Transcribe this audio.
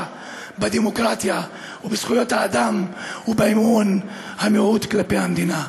בדמוקרטיה ובזכויות האדם ובאמון המיעוט כלפי המדינה.